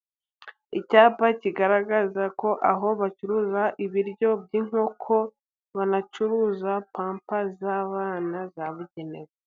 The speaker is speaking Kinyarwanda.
Icyapa kigaragaza ko aho bacuruza ibiryo by'inkoko, banacuruza pampa z'abana zabugenewe.